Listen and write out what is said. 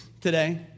today